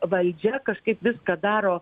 valdžia kažkaip viską daro